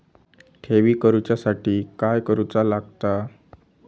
ठेवी करूच्या साठी काय करूचा लागता?